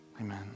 Amen